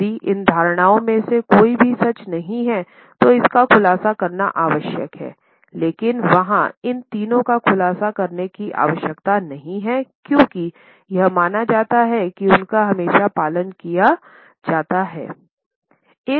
यदि इन धारणाओं में से कोई भी सच नहीं है तो इसका खुलासा करना आवश्यक है लेकिन वहाँ इन तीनों का खुलासा करने की आवश्यकता नहीं है क्योंकि यह माना जाता है कि उनका हमेशा पालन किया जाता है